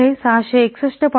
तर हे 661